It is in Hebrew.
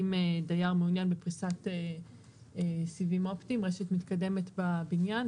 אם דייר מונע מפריסת סיבים אופטיים רשת מתקדמת בבניין,